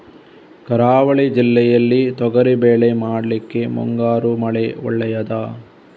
ಕರಾವಳಿ ಜಿಲ್ಲೆಯಲ್ಲಿ ತೊಗರಿಬೇಳೆ ಮಾಡ್ಲಿಕ್ಕೆ ಮುಂಗಾರು ಮಳೆ ಒಳ್ಳೆಯದ?